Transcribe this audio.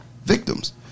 victims